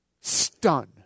stun